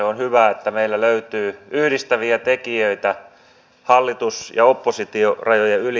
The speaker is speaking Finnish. on hyvä että meillä löytyy yhdistäviä tekijöitä hallitus ja oppositiorajojen yli